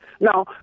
Now